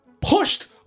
pushed